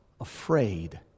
afraid